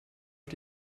auf